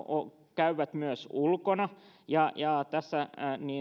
käyvät myös ulkona ja ja tässä